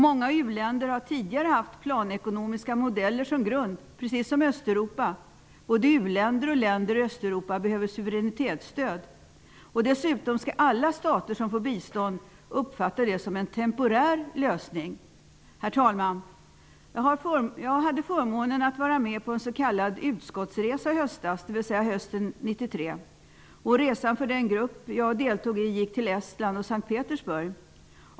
Många u-länder har tidigare haft planekonomiska modeller som grund, precis som Östeuropa, och både u-länder och länder i Östeuropa behöver suveränitetsstöd. Dessutom skall alla stater som får bistånd uppfatta det som en temporär lösning. Herr talman! Jag hade förmånen att vara med på en s.k. utskottsresa i höstas, dvs. hösten 1993. Resan för den grupp jag deltog i gick till Estland och S:t Petersburg.